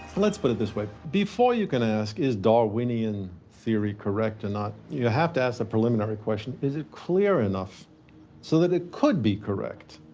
let's put it this way. before you can ask is darwinian theory correct or not, you have to ask the preliminary question is it clear enough so that it could be correct?